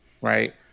right